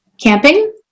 camping